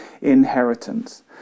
inheritance